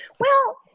well,